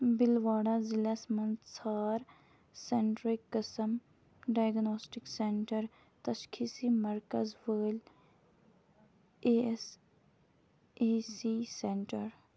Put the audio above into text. بِلواڑا ضِلعس منٛز ژھانٛڈ سٮ۪نٹرٕک قٕسٕم ڈایگٕناسٹِک سٮ۪نٹَر تَشخیٖصی مَرکَز وٲلۍ A S A C centre